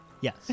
yes